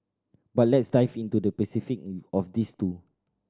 but let's dive into the specific in of these two